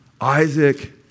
Isaac